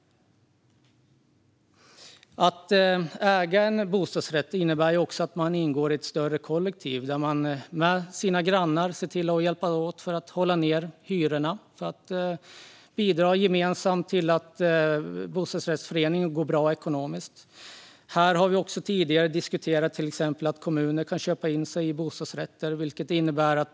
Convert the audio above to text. Att äga en bostadsrätt innebär också att man ingår i ett kollektiv där man tillsammans med sina grannar hjälps åt för att hålla ned hyrorna och se till att bostadsföreningen går bra ekonomiskt. Vi har tidigare diskuterat att kommuner kan köpa in sig i bostadsrättsföreningar.